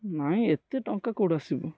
ନାଇଁ ଏତେ ଟଙ୍କା କୋଉଟୁ ଆସିବ